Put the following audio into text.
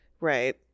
right